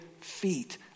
feet